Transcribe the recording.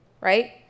right